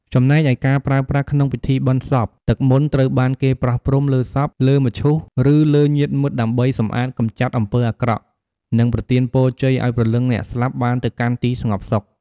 ចំណែកឯការប្រើប្រាស់ក្នុងពិធីបុណ្យសព ទឹកមន្តត្រូវបានគេប្រោះព្រំលើសព លើមឈូស ឬលើញាតិមិត្តដើម្បីសម្អាត កម្ចាត់អំពើអាក្រក់ និងប្រទានពរជ័យឱ្យព្រលឹងអ្នកស្លាប់បានទៅកាន់ទីស្ងប់សុខ។